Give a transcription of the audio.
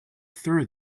through